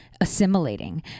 assimilating